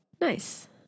Nice